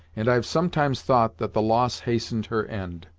and i've sometimes thought that the loss hastened her end.